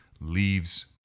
leaves